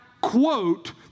quote